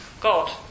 God